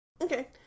Okay